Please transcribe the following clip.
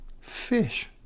fish